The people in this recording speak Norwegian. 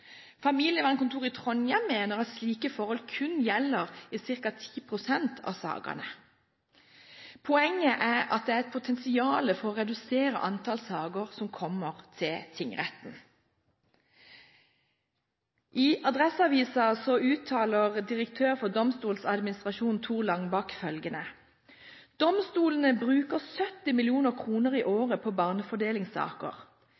Familievernkontoret i Trondheim mener at slike forhold kun gjelder i ca. 10 pst. av sakene. Poenget er at det er et potensial for å redusere antallet saker som kommer til tingretten. I Adresseavisen uttaler direktør for Domstoladministrasjonen, Tor Langbach, følgende: «Domstolene bruker 70 millioner kroner i